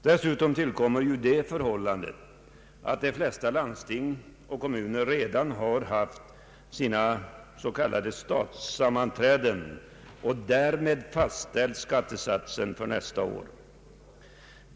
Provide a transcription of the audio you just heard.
Dessutom tillkommer det förhållandet att de flesta landsting och kommuner redan har haft sina s.k. statsammanträden och därmed fastställt skattesatsen för nästa år.